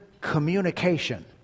communication